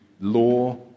law